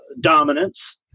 dominance